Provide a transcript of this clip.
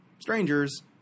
strangers